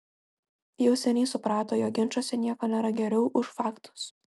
jau seniai suprato jog ginčuose nieko nėra geriau už faktus